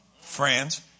Friends